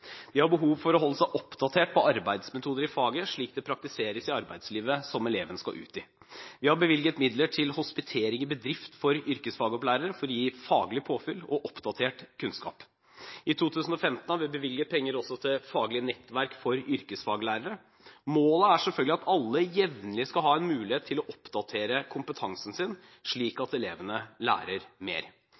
De har behov for å holde seg oppdatert på arbeidsmetoder i faget slik det praktiseres i arbeidslivet som eleven skal ut i. Vi har bevilget midler til hospitering i bedrift for yrkesfaglærere for å gi faglig påfyll og oppdatert kunnskap. I 2015 har vi bevilget penger også til faglig nettverk for yrkesfaglærere. Målet er selvfølgelig at alle jevnlig skal ha en mulighet til å oppdatere kompetansen sin, slik at elevene lærer mer.